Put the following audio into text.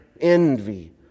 envy